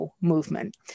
movement